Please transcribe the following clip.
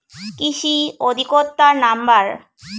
কৃষি অধিকর্তার নাম্বার?